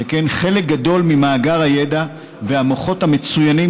שכן חלק גדול ממאגר הידע והמוחות המצוינים